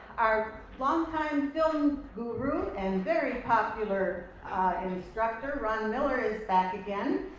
our long-time film guru and very popular instructor ron miller is back again.